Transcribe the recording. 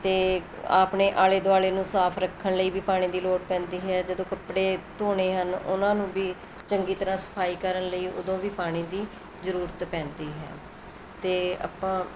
ਅਤੇ ਆਪਣੇ ਆਲ਼ੇ ਦੁਆਲ਼ੇ ਨੂੰ ਸਾਫ ਰੱਖਣ ਲਈ ਵੀ ਪਾਣੀ ਦੀ ਲੋੜ ਪੈਂਦੀ ਹੈ ਜਦੋਂ ਕੱਪੜੇ ਧੋਣੇ ਹਨ ਉਹਨਾਂ ਨੂੰ ਵੀ ਚੰਗੀ ਤਰ੍ਹਾਂ ਸਫਾਈ ਕਰਨ ਲਈ ਉਦੋਂ ਵੀ ਪਾਣੀ ਦੀ ਜ਼ਰੂਰਤ ਪੈਂਦੀ ਹੈ ਅਤੇ ਆਪਾਂ